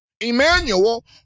Emmanuel